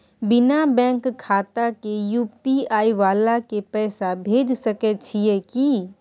बिना बैंक खाता के यु.पी.आई वाला के पैसा भेज सकै छिए की?